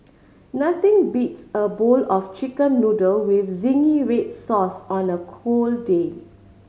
nothing beats a bowl of Chicken Noodle with zingy red sauce on a cold day